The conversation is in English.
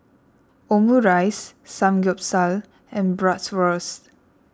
Omurice Samgeyopsal and Bratwurst